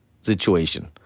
situation